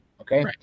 okay